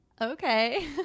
Okay